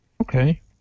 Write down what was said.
Okay